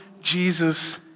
Jesus